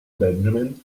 benjamin